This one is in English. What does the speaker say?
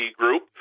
group